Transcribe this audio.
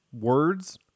words